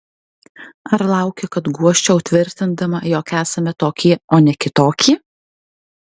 ar lauki kad guosčiau tvirtindama jog esame tokie o ne kitokie